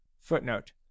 Footnote